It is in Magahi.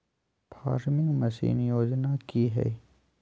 फार्मिंग मसीन योजना कि हैय?